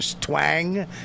twang